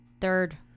third